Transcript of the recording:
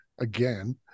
again